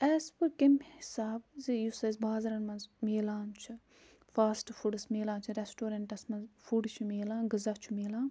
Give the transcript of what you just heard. as پٔر تٔمہِ حِسابہٕ زِ یُس اسہِ بازٕرَن منٛز میلان چھُ فاسٹہٕ فوڈٕس میلان چھِ ریٚسٹورَنٹَس منٛز فوڈ چھِ میلان غذا چھُ میلان